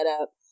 up